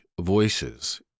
voices